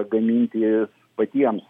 gaminti patiems